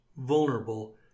vulnerable